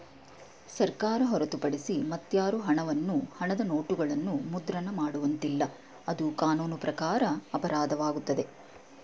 ಸರ್ಕಾರ ಹೊರತುಪಡಿಸಿ ಮತ್ಯಾರು ಹಣವನ್ನು ಹಣದ ನೋಟುಗಳನ್ನು ಮುದ್ರಣ ಮಾಡುವಂತಿಲ್ಲ, ಅದು ಕಾನೂನು ಪ್ರಕಾರ ಅಪರಾಧವಾಗುತ್ತದೆ